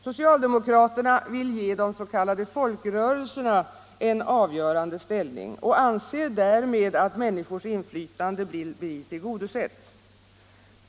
Socialdemokraterna vill ge de s.k. folkrörelserna en avgörande ställning och anser därmed att människors inflytande blir tillgodosett.